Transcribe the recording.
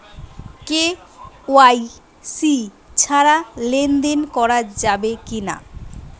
KYC ছাড়া লেনদেন করা যাবে কিনা?